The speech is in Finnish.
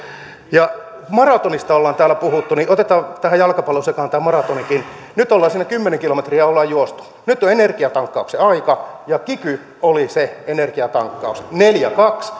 kun maratonista ollaan täällä puhuttu niin otetaan tähän jalkapallon sekaan tämä maratonkin nyt ollaan semmoiset kymmenen kilometriä juostu nyt on energiatankkauksen aika ja kiky oli se energiatankkaus neljässä viiva kahdessa